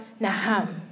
Naham